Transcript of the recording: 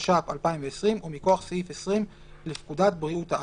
התש"ף 2020 או מכוח סעיף 20 לפקודת בריאות העם.